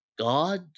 God